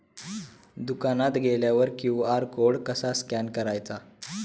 दुकानात गेल्यावर QR code कसा स्कॅन करायचा?